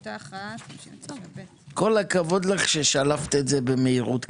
לא חשבתי שאי פעם יגיע מנכ"ל שיהיה לו את האומץ לעשות זאת,